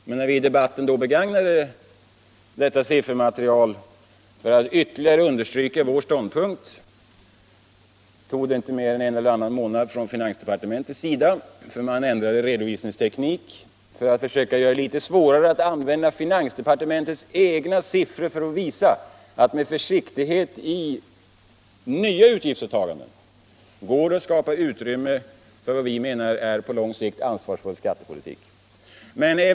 Men när vi i debatten begagnade detta siffermaterial för att ytterligare underbygga vår ståndpunkt tog det inte mer än en eller annan månad förrän finansdepartementet ändrade redovisningsteknik och försökte göra det litet svårare att använda finansdepartementets egna siffror för att bevisa att det med försiktighet i nya utgiftsåtaganden går att skapa utrymme för vad vi menar är en ansvarsfull skattepolitik på lång sikt.